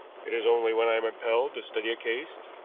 it is only when i am impelled to study a case,